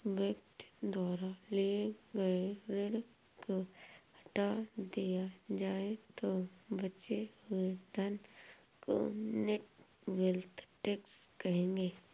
व्यक्ति द्वारा लिए गए ऋण को हटा दिया जाए तो बचे हुए धन को नेट वेल्थ टैक्स कहेंगे